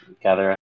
Gather